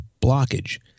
blockage